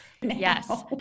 Yes